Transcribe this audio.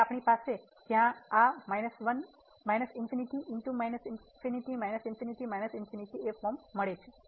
તેથી આપણી પાસે ત્યાં આ ફોર્મ છે